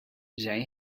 zij